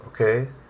okay